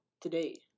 today